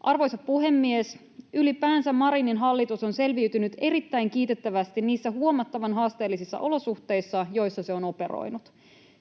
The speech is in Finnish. Arvoisa puhemies! Ylipäänsä Marinin hallitus on selviytynyt erittäin kiitettävästi niissä huomattavan haasteellisissa olosuhteissa, joissa se on operoinut.